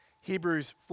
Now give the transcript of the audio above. Hebrews